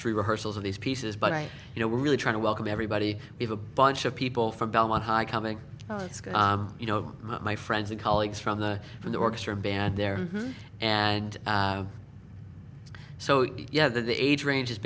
three rehearsals of these pieces but i you know we're really trying to welcome everybody we've a bunch of people from belmont high coming you know my friends and colleagues from the from the orchestra band there and so yeah the age range is